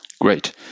Great